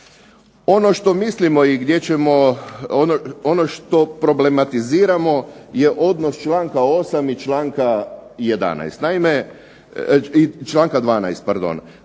ono što problematiziramo je odnos članka 8. i članka 11.